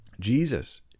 Jesus